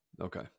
Okay